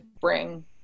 bring